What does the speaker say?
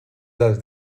dels